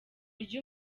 rye